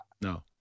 No